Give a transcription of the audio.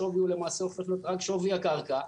השווי למעשה הופך להיות רק שווי הקרקע,